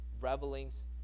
revelings